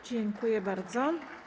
Dziękuję bardzo.